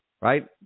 Right